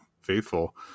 faithful